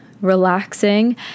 relaxing